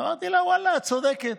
אמרתי לה: ואללה, את צודקת.